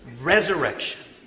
Resurrection